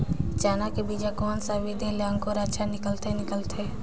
चाना के बीजा कोन सा विधि ले अंकुर अच्छा निकलथे निकलथे